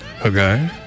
Okay